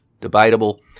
debatable